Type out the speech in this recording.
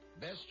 Best